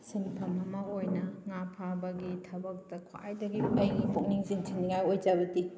ꯁꯤꯟꯐꯝ ꯑꯃ ꯑꯣꯏꯅ ꯉꯥ ꯐꯥꯕꯒꯤ ꯊꯕꯛꯇ ꯈ꯭ꯋꯥꯏꯗꯒꯤ ꯑꯩꯒꯤ ꯄꯨꯛꯅꯤꯡ ꯆꯤꯡꯁꯤꯟꯅꯤꯉꯥꯏ ꯑꯣꯏꯖꯕꯗꯤ